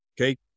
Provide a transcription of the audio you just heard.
Okay